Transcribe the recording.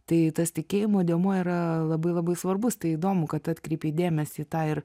tai tas tikėjimo dėmuo yra labai labai svarbus tai įdomu kad atkreipei dėmesį į tą ir